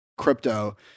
crypto